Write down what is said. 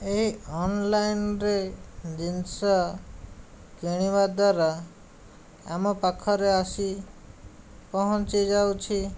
ଏ ଅନଲାଇନ୍ରେ ଜିନିଷ କିଣିବା ଦ୍ୱାରା ଆମ ପାଖରେ ଆସି ପହଞ୍ଚି ଯାଉଛି